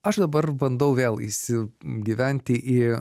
aš dabar bandau vėl įsigyventi į